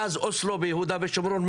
מאז אוסלו ויהודה ושומרון,